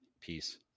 Peace